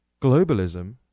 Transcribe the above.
globalism